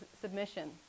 submission